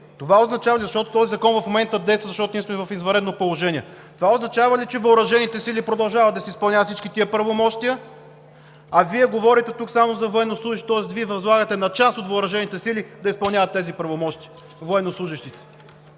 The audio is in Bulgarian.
въоръжени сили, защото този закон в момента действа, защото ние сме в извънредно положение. Това означава ли, че въоръжените сили продължават да си изпълняват всички тези правомощия? А Вие говорите тук само за военнослужещи, тоест Вие възлагате на част от въоръжените сили да изпълняват тези правомощия – военнослужещите,